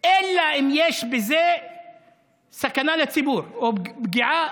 אלא אם כן יש בזה סכנה לציבור או פגיעה,